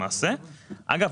אגב,